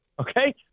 okay